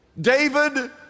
David